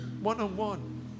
one-on-one